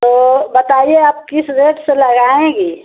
तो बताइए आप किस रेट से लगाएँगी